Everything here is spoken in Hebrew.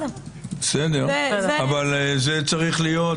נועה, זה צריך להיות.